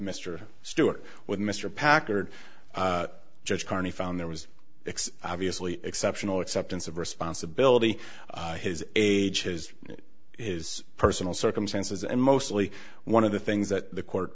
mr stewart with mr packard judge carney found there was obviously exceptional acceptance of responsibility his age his his personal circumstances and mostly one of the things that the court